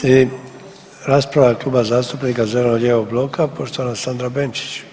Slijedi rasprava Kluba zastupnika zeleno-lijevog bloka poštovana Sandra Benčić.